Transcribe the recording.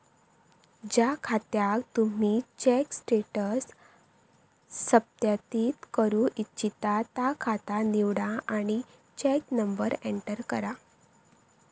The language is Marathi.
ज्या खात्याक तुम्ही चेक स्टेटस सत्यापित करू इच्छिता ता खाता निवडा आणि चेक नंबर एंटर करा